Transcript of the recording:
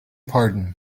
pardon